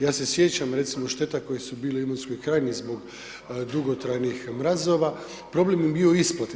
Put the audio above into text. Ja se sjećam, recimo, šteta koje su bili u Imotskoj krajini zbog dugotrajnih mrazova, problem je bio u isplati.